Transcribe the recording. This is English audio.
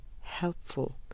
helpful